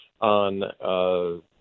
on